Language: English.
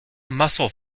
muscle